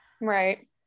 Right